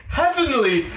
heavenly